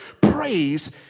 praise